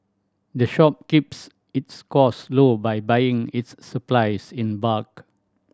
the shop keeps its cost low by buying its supplies in bulk